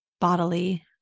bodily